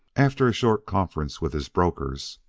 after a short conference with his brokers,